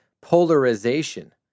polarization